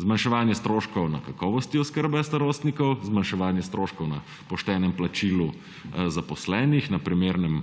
zmanjševanje stroškov na kakovosti oskrbe starostnikov, zmanjševanje stroškov na poštenem plačilu zaposlenih, na primernem